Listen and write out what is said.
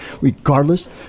regardless